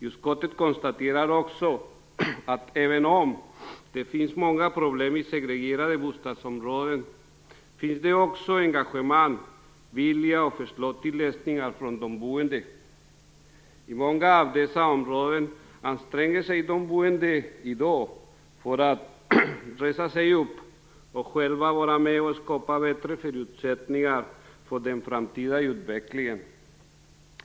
Utskottet konstaterar också att även om det finns många problem i segregerade områden, finns det också engagemang, vilja och förslag till lösningar bland de boende. I många av dessa områden anstränger sig de boende i dag för att resa sig upp och själva vara med och skapa bättre förutsättningar för den framtida utvecklingen.